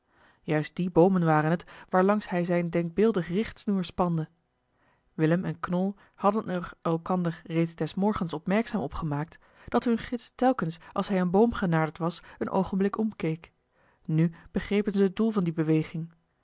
juist die boomen waren het waarlangs hij zijn denkbeeldig richtsnoer spande willem en knol hadden er elkander reeds des morgens opmerkzaam op gemaakt dat hun gids telkens als hij een boom genaderd was een oogenblik omkeek nu begrepen zij het doel van die beweging